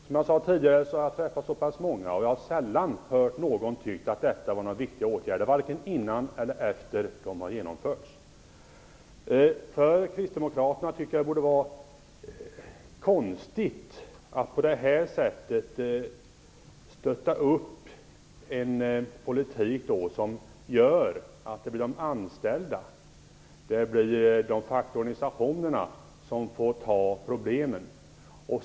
Som jag tidigare sade har jag täffat många människor, och jag har sällan hört någon som tyckt att detta varit viktiga åtgärder, vare sig innan eller efter det att de genomförts. Jag tycker att det borde vara konstigt för kristdemokraterna att på detta sätt stötta upp en politik som gör att de anställda och de fackliga organisationerna får ta problemen.